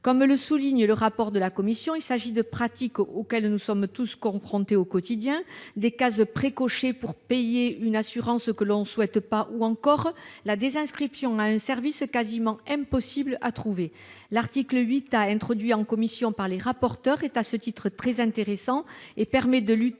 Comme le souligne le rapport de la commission, il s'agit de pratiques auxquelles nous sommes tous confrontés au quotidien : des cases pré-cochées relatives au paiement d'une assurance que l'on ne souhaite pas, ou encore la désinscription à un service quasiment impossible à trouver. À ce titre, l'article 8 A, introduit en commission par les rapporteurs, est très intéressant et permet de lutter